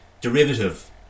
derivative